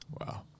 Wow